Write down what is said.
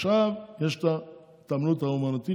עכשיו יש את ההתעמלות האומנותית,